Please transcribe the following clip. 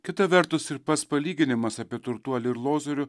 kita vertus ir pats palyginimas apie turtuolį ir lozorių